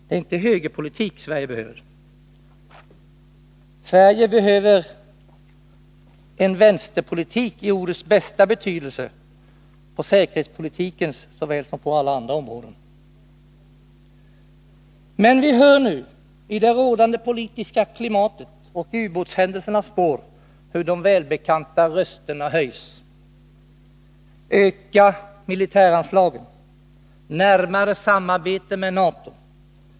Det är inte högerpolitik Sverige behöver utan en vänsterpolitik i ordets bästa bemärkelse på säkerhetspolitikens såväl som på alla andra områden. Men vi hör nu, i det rådande politiska klimatet och i ubåtshändelsernas spår, hur de välbekanta rösterna höjs. Ökade militäranslag! Närmare samarbete med NATO!